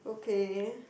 okay